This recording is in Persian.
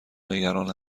نگران